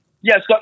Yes